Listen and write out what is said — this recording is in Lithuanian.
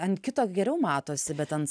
ant kito geriau matosi bet ant